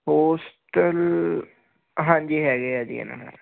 hostel ਹਾਂਜੀ ਹੈਗੇ ਆ ਜੀ